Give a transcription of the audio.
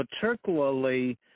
particularly